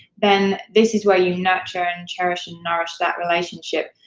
then this is where you nurture and cherish and nourish that relationship,